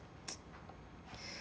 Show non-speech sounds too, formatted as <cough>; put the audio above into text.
<noise> <breath>